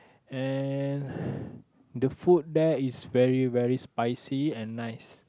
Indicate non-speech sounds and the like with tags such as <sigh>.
and <breath> the food there is very very spicy and nice